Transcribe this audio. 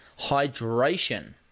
hydration